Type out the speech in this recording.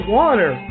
water